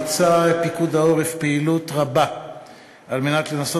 ביצע פיקוד העורף פעילות רבה כדי לנסות